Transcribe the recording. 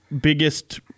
biggest